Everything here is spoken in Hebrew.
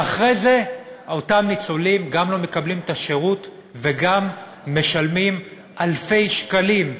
ואחרי זה אותם ניצולים גם לא מקבלים את השירות וגם משלמים אלפי שקלים,